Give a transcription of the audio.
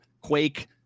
Quake